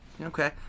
Okay